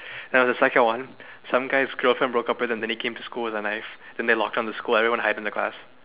now the second one some guy's girlfriend broke up with him then he came to the school with a knife then they lock down the school everyone just hide in their class